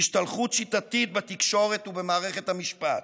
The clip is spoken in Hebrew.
השתלחות שיטתית בתקשורת ובמערכת המשפט,